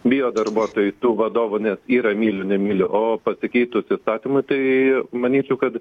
bijo darbuotojai tų vadovų nes yra myliu nemyliu o pasikeitus įstatymui tai manyčiau kad